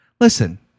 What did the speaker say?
Listen